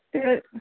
تہٕ